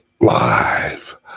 live